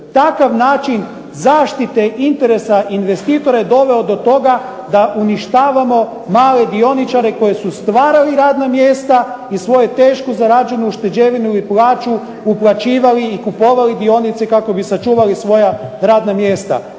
Takav način zaštite interesa investitora je doveo do toga da uništavamo malo dioničare koji su stvarali radna mjesta i svoju teško zarađenu ušteđevinu i plaću uplaćivali i kupovali dionice kako bi sačuvali svoja radna mjesta.